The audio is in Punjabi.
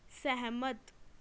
ਸਹਿਮਤ